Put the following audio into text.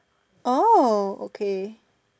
oh okay